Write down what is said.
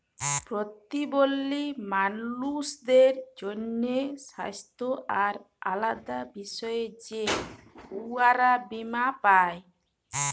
পরতিবল্ধী মালুসদের জ্যনহে স্বাস্থ্য আর আলেদা বিষয়ে যে উয়ারা বীমা পায়